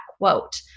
quote